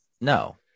No